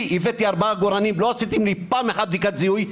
אני הבאתי ארבעה עגורנים ולא עשיתם לי פעם אחת בדיקת זיהוי,